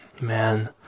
Man